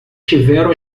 tiveram